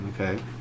okay